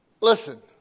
listen